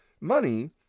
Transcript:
money